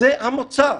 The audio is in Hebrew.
זה המוצא.